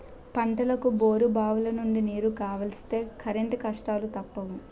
పంటలకు బోరుబావులనుండి నీరు కావలిస్తే కరెంటు కష్టాలూ తప్పవు